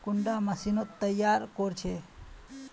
कुंडा मशीनोत तैयार कोर छै?